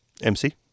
MC